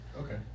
Okay